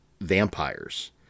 vampires